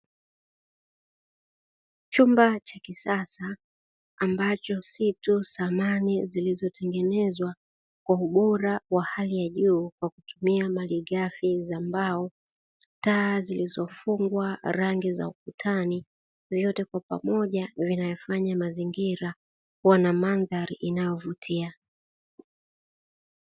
Chumba cha kisasa ambacho si tu samani zilizotengenezwa kwa ubora wa hali ya juu kwa kutumia malighafi za mbao; taa zilizofungwa rangi za ukutani, vyote kwa pamoja vinayafanya mazingira kuwa na mandhari inayovutia.